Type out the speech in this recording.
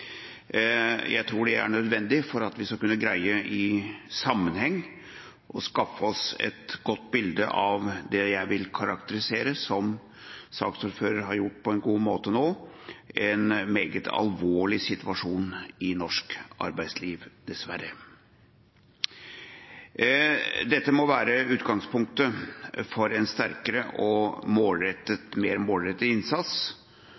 Jeg tror at det er nødvendig for at vi skal kunne greie i sammenheng å skaffe oss et godt bilde av det jeg vil karakterisere som – slik saksordføreren på en god måte nå har gjort – en meget alvorlig situasjon i norsk arbeidsliv, dessverre. Dette må være utgangspunktet for en sterkere og mer målrettet innsats